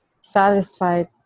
satisfied